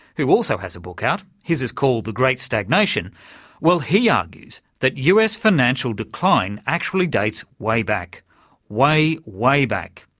who also has a book out his is called the great stagnation well he argues that us financial decline actually dates way back way, way back.